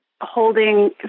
holding